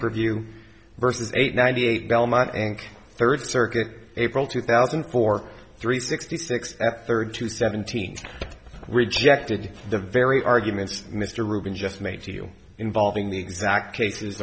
per view versus eight ninety eight belmont nc third circuit april two thousand and four three sixty six f thirty two seventeen rejected the very arguments mr rubin just made to you involving the exact cases